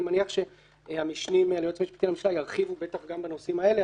אני מניח שהמשנים ליועץ המשפטי לממשלה בטח ירחיבו גם בנושאים האלה,